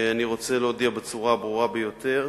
אני רוצה להודיע בצורה הברורה ביותר: